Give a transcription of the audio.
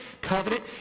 covenant